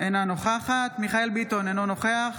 אינה נוכחת מיכאל מרדכי ביטון, אינו נוכח